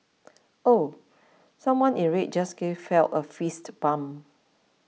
ooh someone in red just gave Phelps a fist bump